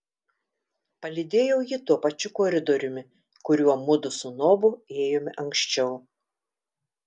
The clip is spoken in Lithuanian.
palydėjau jį tuo pačiu koridoriumi kuriuo mudu su nobu ėjome anksčiau